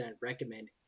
recommend